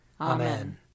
Amen